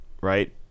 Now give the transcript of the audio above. Right